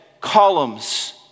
columns